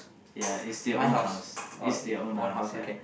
ya is your own house ya is your own house